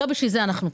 לא בשביל זה אנחנו כאן.